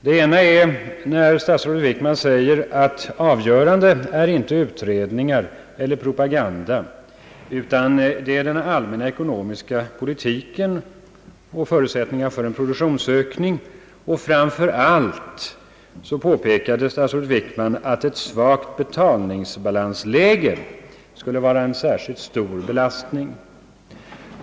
Det ena var att statsrådet Wickman sade att avgörande är inte utredningar eller propaganda utan den allmänna ekonomiska politiken och förutsättningarna för en produktionsökning. Framför allt påpekade statsrådet Wickman att ett svagt betalningsbalansläge skulle vara en särskilt svår belastning.